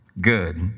good